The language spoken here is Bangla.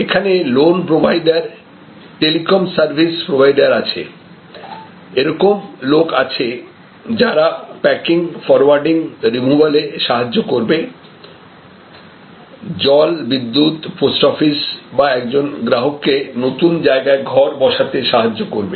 এখানে loan provider telecom service provider আছে এরকম লোক আছে যারা প্যাকিং ফরওয়ার্ডিং রিমুভাল এ সাহায্য করবে জল বিদ্যুৎ পোস্ট অফিস যা একজন গ্রাহককে নতুন জায়গায় ঘর বসাতে সাহায্য করবে